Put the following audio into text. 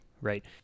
right